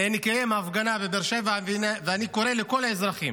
נקיים הפגנה בבאר שבע, ואני קורא לכל האזרחים.